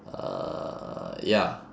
uh ya